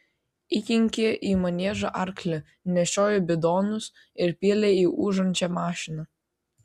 įkinkė į maniežą arklį nešiojo bidonus ir pylė į ūžiančią mašiną